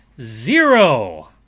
Zero